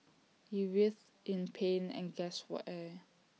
he writhed in pain and gasped for air